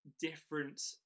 different